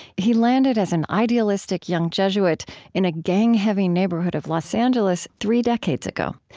he landed as an idealistic young jesuit in a gang-heavy neighborhood of los angeles three decades ago.